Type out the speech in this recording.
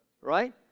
right